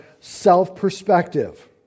self-perspective